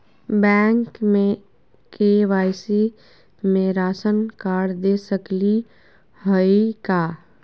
Bank में KYC में ration card दे सकली हई का?